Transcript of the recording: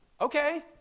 okay